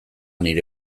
nire